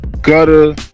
Gutter